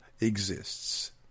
exists